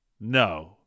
no